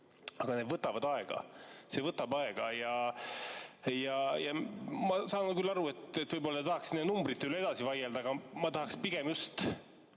aga need võtavad aega. See võtab aega! Ma saan küll aru, et võib-olla te tahaks nende numbrite üle edasi vaielda, aga ma tahaksin pigem ikkagi